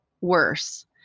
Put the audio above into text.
worse